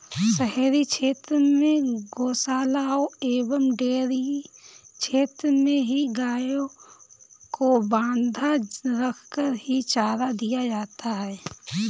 शहरी क्षेत्र में गोशालाओं एवं डेयरी क्षेत्र में ही गायों को बँधा रखकर ही चारा दिया जाता है